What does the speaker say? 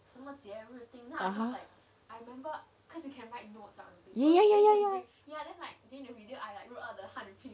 ah ha ya ya ya ya ya ya